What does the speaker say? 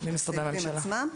-- ממשרדי הממשלה.